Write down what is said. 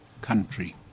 country